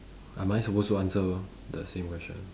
am I supposed to answer the same question